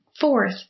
Fourth